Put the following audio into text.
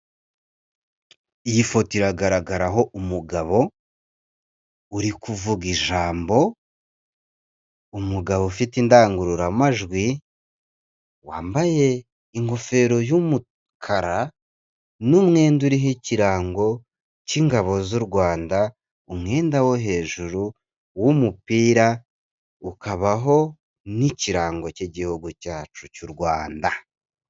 Umugabo uri kuvuga ijambo, ufite indangururamajwi wambaye ingofero y'umukara n'umwenda uriho ikirango cy'ingabo z'u Rwanda umwenda wo hejuru w'umupira ukabaho n'ikirango cy'igihugu cyacu cy'u Rwanda.